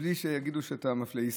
ובלי שיגידו שאתה מפלה.